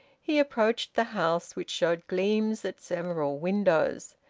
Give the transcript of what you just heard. he approached the house, which showed gleams at several windows,